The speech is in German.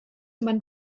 man